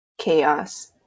Chaos